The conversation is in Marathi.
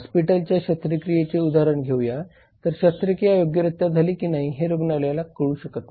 हॉस्पिटलच्या शस्त्रक्रियेचे उदाहरण घेऊया तर शस्त्रक्रिया योग्यरित्या झाली की नाही हे रुग्णाला कळू शकत नाही